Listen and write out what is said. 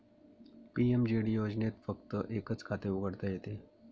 PMJD योजनेत फक्त एकच खाते उघडता येते